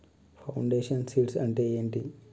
Foundation seeds అంటే ఏంటి?